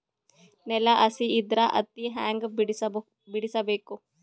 ನೆಲ ಹಸಿ ಇದ್ರ ಹತ್ತಿ ಹ್ಯಾಂಗ ಬಿಡಿಸಬೇಕು?